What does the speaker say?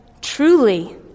Truly